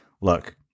look